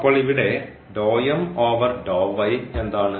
അപ്പോൾ ഇവിടെ എന്താണ്